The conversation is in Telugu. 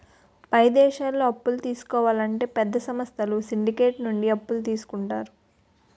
పై దేశాల్లో అప్పులు తీసుకోవాలంటే పెద్ద సంస్థలు సిండికేట్ నుండి అప్పులు తీసుకుంటారు